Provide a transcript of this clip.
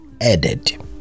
added